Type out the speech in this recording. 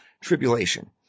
tribulation